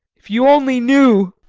if you only knew!